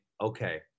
okay